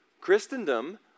Christendom